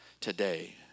today